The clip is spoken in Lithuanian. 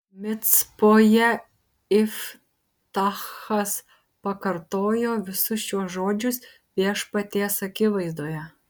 micpoje iftachas pakartojo visus šiuos žodžius viešpaties akivaizdoje